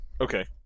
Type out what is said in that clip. Okay